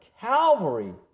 Calvary